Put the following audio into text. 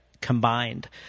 combined